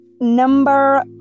number